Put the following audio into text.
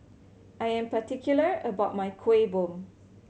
I am particular about my Kueh Bom